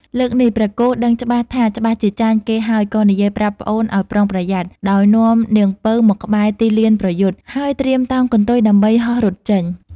លើកនេះព្រះគោដឹងច្បាស់ថាច្បាស់ជាចាញ់គេហើយក៏និយាយប្រាប់ប្អូនឲ្យប្រុងប្រយ័ត្ន ដោយនាំនាងពៅមកក្បែរទីលានប្រយុទ្ធ ហើយត្រៀមតោងកន្ទុយដើម្បីហោះរត់ចេញ។